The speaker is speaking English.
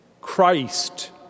Christ